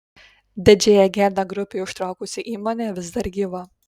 didžiąją gėdą grupei užtraukusi įmonė vis dar gyva